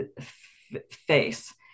face